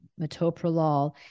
metoprolol